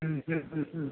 മ്മ് മ്മ് മ്മ് മ്മ്